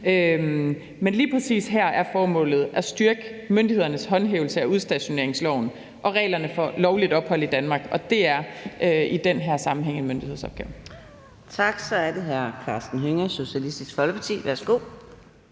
Men lige præcis her er formålet at styrke myndighedernes håndhævelse af udstationeringsloven og reglerne for lovligt ophold i Danmark, og det er i den her sammenhæng en myndighedsopgave. Kl. 11:35 Anden næstformand (Karina Adsbøl): Tak. Så er det hr. Karsten Hønge, Socialistisk Folkeparti. Værsgo.